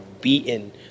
beaten